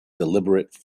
deliberate